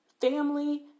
Family